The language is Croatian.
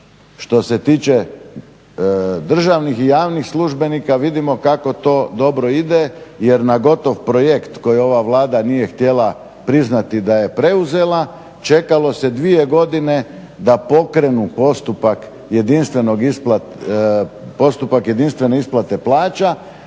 Što se tiče državnih i javnih službenika, vidimo kako to dobro ide jer na gotov projekt koji ova Vlada nije htjela priznati da je preuzela, čekalo se 2 godine da pokrenu postupak jedinstvene isplate plaća,